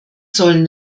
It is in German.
sollen